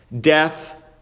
Death